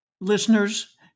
listeners